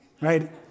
right